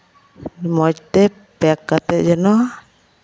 ᱢᱚᱡᱽ ᱛᱮ ᱯᱮᱠ ᱠᱟᱛᱮᱫ ᱡᱮᱱᱚ